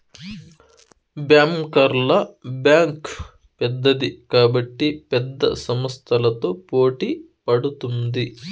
బ్యాంకర్ల బ్యాంక్ పెద్దది కాబట్టి పెద్ద సంస్థలతో పోటీ పడుతుంది